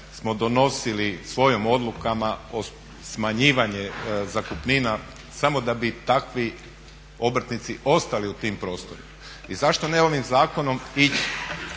smo donosili svojim odlukama smanjivanje zakupnina samo da bi takvi obrtnici ostali u tim prostorima. I zašto ne onim zakonom ići